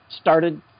started –